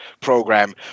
program